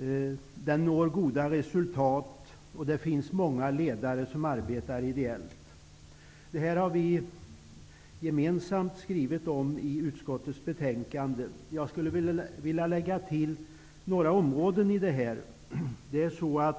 Idrotten når goda resultat, och många ledare arbetar ideellt. Vi har gjort en gemensam skrivning om detta i betänkandet. Jag skulle vilja lägga till några områden till diskussionen.